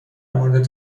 مورد